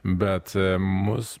bet mus